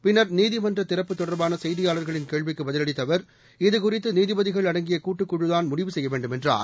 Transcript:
பின்னர் நீதிமன்ற திறப்பு தொடர்பான செய்தியாளர்களின் கேள்விக்கு பதிலளித்த அவர் இதுகுறித்து நீதிபதிகள் அடங்கிய கூட்டுக் குழு தான் முடிவு செய்ய வேண்டும் என்றார்